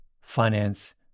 Finance